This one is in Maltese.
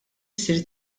ssir